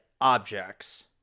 objects